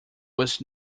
was